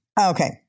Okay